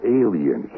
alien